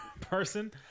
Person